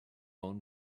own